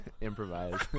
Improvise